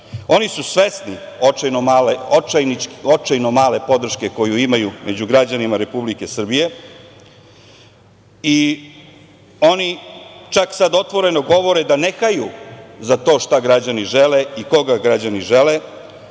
Oni su svesni očajno male podrške koju imaju među građanima Republike Srbije i oni čak sad otvoreno govore da ne haju za to šta građani žele i koga građani žele.